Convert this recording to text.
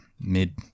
mid